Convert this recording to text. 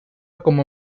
como